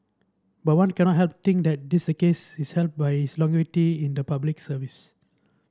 but one cannot help think that this case is helped by his longevity in the Public Service